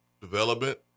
development